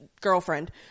girlfriend